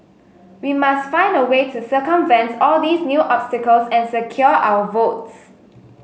we must find a way to circumvent all these new obstacles and secure our votes